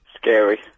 Scary